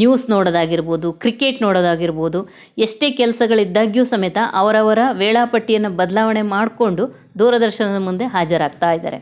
news ನೋಡೋದಾಗಿರ್ಬೋದು cricket ನೋಡೋದಾಗಿರ್ಬೋದು ಎಷ್ಟೇ ಕೆಲ್ಸಗಳು ಇದ್ದಾಗ್ಯೂ ಸಮೇತ ಅವರವ್ರ ವೇಳಾಪಟ್ಟಿಯನ್ನು ಬದಲಾವಣೆ ಮಾಡಿಕೊಂಡು ದೂರದರ್ಶನದ ಮುಂದೆ ಹಾಜರಾಗ್ತಾ ಇದ್ದಾರೆ